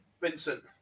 Vincent